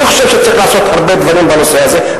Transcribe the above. אני חושב שצריך לעשות הרבה דברים בנושא הזה.